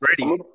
ready